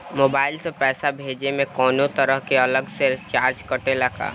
Mobile से पैसा भेजे मे कौनों तरह के अलग से चार्ज कटेला का?